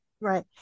right